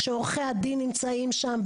כשעורכי הדין נמצאים שם,